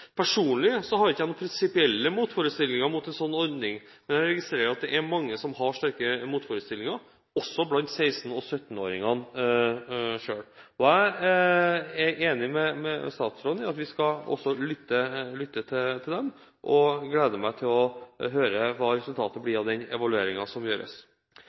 jeg ikke noen prinsipielle motforestillinger mot en slik ordning, men jeg registrerer at det er mange som har sterke motforestillinger, også blant 16- og 17-åringene selv. Jeg er enig med statsråden i at vi skal lytte til dem. Jeg gleder meg til å høre hva resultatet blir av den evalueringen som gjøres.